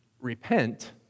repent